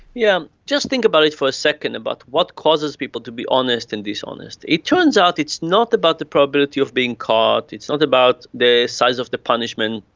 yeah just think about it for a second, about what causes people to be honest and dishonest. it turns out it's not about the probability of being caught, is not about the size of the punishment,